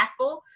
impactful